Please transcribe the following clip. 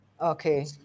Okay